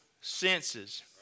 senses